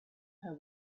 her